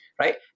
right